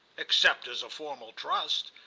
except as a formal trust.